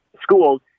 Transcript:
schools